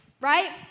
right